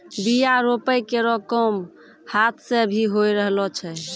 बीया रोपै केरो काम हाथ सें भी होय रहलो छै